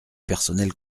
personnel